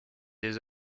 des